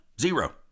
Zero